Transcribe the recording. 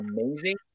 amazing